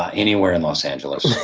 ah anywhere in los angeles